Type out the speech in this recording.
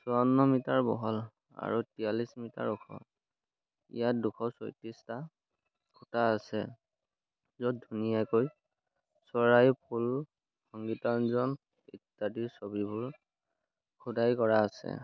চৌৱান্ন metre বহল আৰু তিয়াল্লিছ মিটাৰ ওখ ইয়াত দুশ ছয়ত্ৰিছটা খুঁটা আছে য'ত ধুনীয়াকৈ চৰাই ফুল সংগীতজ্ঞ ইত্যাদিৰ ছবিবোৰ খোদাই কৰা আছে